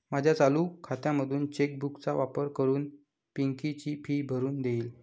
माझ्या चालू खात्यामधून चेक बुक चा वापर करून पिंकी ची फी भरून देईल